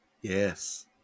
Yes